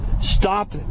stop